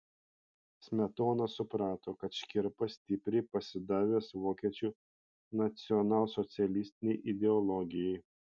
smetona suprato kad škirpa stipriai pasidavęs vokiečių nacionalsocialistinei ideologijai